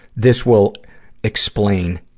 this will explain.